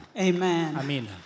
Amen